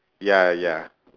ya ya